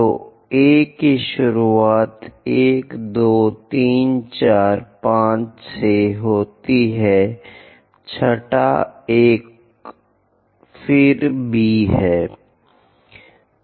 तो A की शुरुआत 1 2 3 4 5 से होती है छठा एक फिर B है